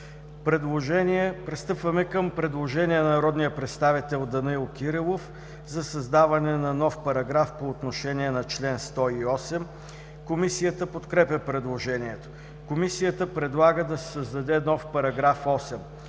Пристъпваме към предложението на народния представител Данаил Кирилов за създаване на нов параграф по отношение на чл. 108. Комисията подкрепя предложението. Комисията предлага да се създаде нов § 8: „§ 8.